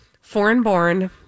Foreign-born